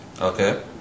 okay